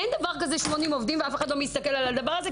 אין דבר כזה 80 עובדים ואף אחד לא מסתכל על הדבר הזה.